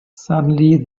suddenly